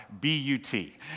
B-U-T